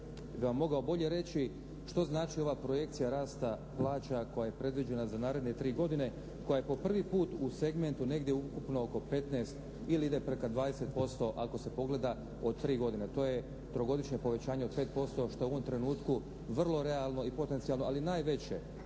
bi vam mogao bolje reći što znači ova projekcija rasta plaća koja je predviđena za naredne tri godine koja je po prvi put u segmentu negdje ukupno oko 15 ili ide preko 20% ako se pogleda od tri godine. To je trogodišnje povećanje od 5% što je u ovom trenutku vrlo realno i potencijalno ali najveće